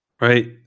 right